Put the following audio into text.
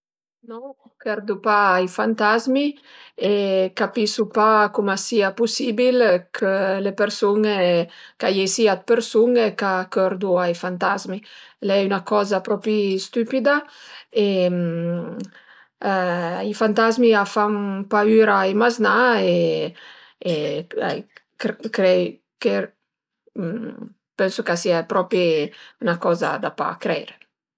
No, chërdu pa ai fantazmi e capisu pa cum a sia pusibil chë le persun-e, ch'a iei sia 'd persun-e ch'a chërdu ai fantazmi. L'e üna coza propi stüpida e i fantazmi a fan paüra ai maznà e e pensu ch'a sia 'na coza propi da pa creire